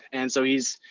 and so he's,